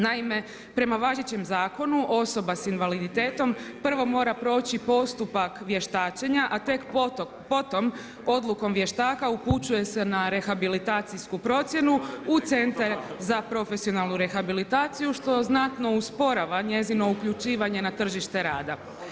Naime, prema važećem zakonu, osoba s invaliditetom prvo mora proći postupak vještačenja, a tek potom odlukom vještaka upućuje se na rehabilitacijsku procjenu u Centar za profesionalnu rehabilitaciju što znatno usporava njezino uključivanje na tržište rada.